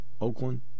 Oakland